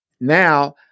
Now